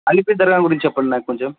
అలిపిరి దర్గా గురించి చెప్పండి నాకు కొంచెం